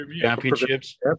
championships